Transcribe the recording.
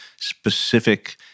specific